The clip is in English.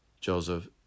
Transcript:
joseph